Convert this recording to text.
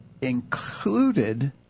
included